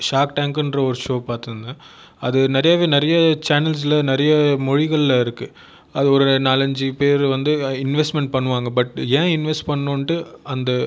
shark டேங்க்கினுன்ற ஒரு show பார்த்துருந்தேன் அது நிறையவே நிறைய சேனல்ஸில் நிறைய மொழிகளில் இருக்குது அது ஒரு நாலஞ்சு பேரு வந்து இன்வெஸ்ட்மென்ட் பண்ணுவாங்க பட் ஏன் இன்வெஸ்ட் பண்ணுட்டு அந்த